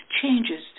changes